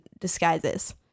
disguises